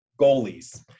goalies